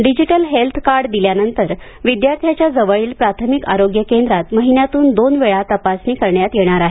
digital health card दिल्यानंतर विद्यार्थ्यांच्या जवळील प्राथमिक आरोग्य केंद्रात महिन्यातून दोनवेळा तपासणी करण्यात येणार आहे